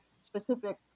specific